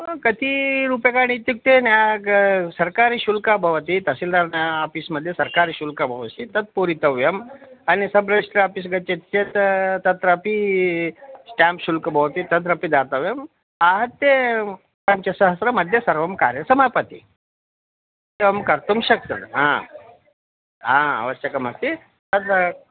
कति रूप्यकाणि इत्युक्ते न सर्कारी शुल्कं भवति तहशल्दार् आफ़ीस् मध्ये सर्कारी शुल्कं भवति तत् पूरितव्यम् अन्यत् सब् जिस्ट्र आफ़ीस् गच्छति चेत् तत्रापि स्टाम्प् शुल्कं भवति तत्रापि दातव्यम् आहत्य पञ्चसहस्रं मध्ये सर्वं कार्यं समाप्यते एवं कर्तुं शक्यते हा आवश्यकमस्ति तद्